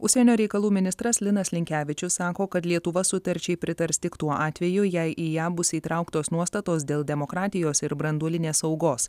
užsienio reikalų ministras linas linkevičius sako kad lietuva sutarčiai pritars tik tuo atveju jei į ją bus įtrauktos nuostatos dėl demokratijos ir branduolinės saugos